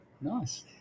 Nice